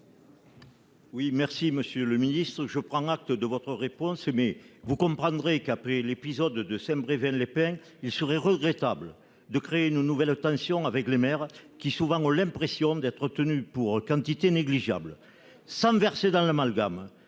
réplique. Monsieur le ministre, je prends acte de votre réponse. Toutefois, vous comprendrez qu'après l'épisode de Saint-Brevin-les-Pins, il serait regrettable de créer de nouvelles tensions avec les maires, qui ont souvent l'impression d'être tenus pour quantité négligeable. Très bien ! Sans verser dans l'amalgame,